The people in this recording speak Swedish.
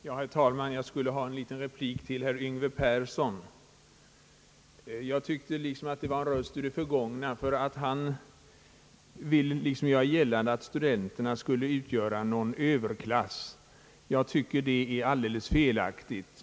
Herr talman! Jag vill bara ge en liten replik till herr Yngve Persson. Jag tyckte mig höra av en röst ur det förgångna när han liksom ville göra gällande att studenterna skulle utgöra någon slags överklass. Detta är ju alldeles felaktigt.